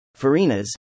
Farinas